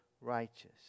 righteous